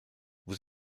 vous